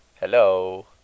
Hello